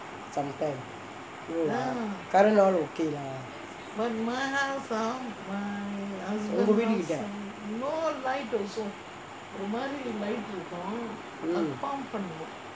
current all okay lah உங்கே வீட்டுக்கிட்டே:unggae veetukittae mm